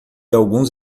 alguns